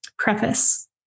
preface